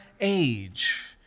age